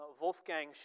Wolfgang